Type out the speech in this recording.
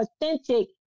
authentic